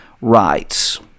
rights